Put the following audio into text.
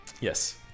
Yes